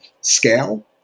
scale